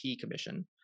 Commission